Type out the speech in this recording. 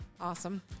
awesome